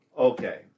Okay